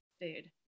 food